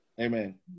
Amen